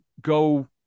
go